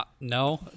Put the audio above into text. No